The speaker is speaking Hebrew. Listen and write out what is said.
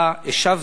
אתה השבת